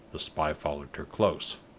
the spy followed her close.